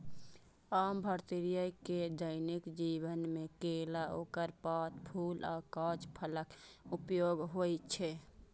आम भारतीय के दैनिक जीवन मे केला, ओकर पात, फूल आ कांच फलक उपयोग होइ छै